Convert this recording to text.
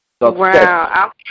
Wow